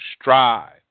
strive